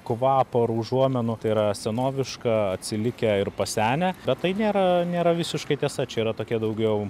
kvapo ar užuomenų tai yra senoviška atsilikę ir pasenę bet tai nėra nėra visiškai tiesa čia yra tokie daugiau